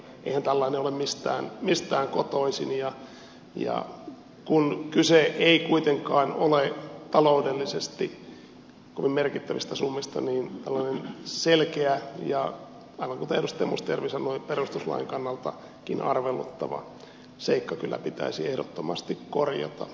eihän tällainen ole mistään kotoisin ja kun kyse ei kuitenkaan ole taloudellisesti kovin merkittävistä summista niin tällainen selkeä ja aivan kuten edustaja mustajärvi sanoi perustuslain kannaltakin arveluttava seikka kyllä pitäisi ehdottomasti korjata